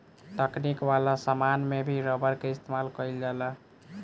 तकनीक वाला समान में भी रबर के इस्तमाल कईल जाता